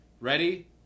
Ready